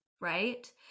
right